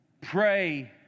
Pray